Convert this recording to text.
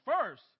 first